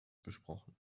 besprochen